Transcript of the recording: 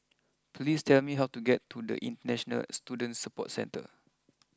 please tell me how to get to International Student Support Centre